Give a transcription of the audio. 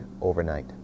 overnight